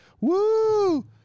Woo